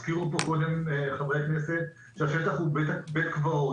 הזכירו פה קודם חברי הכנסת שהשטח הוא בית קברות,